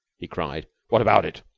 he cried. what about it?